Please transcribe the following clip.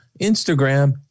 Instagram